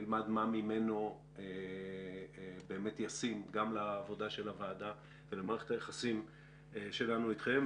נלמד מה ממנו באמת ישים גם לעבודה של הוועדה ולמערכת היחסים שלנו אתכם.